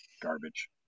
garbage